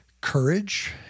courage